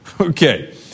Okay